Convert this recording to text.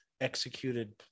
executed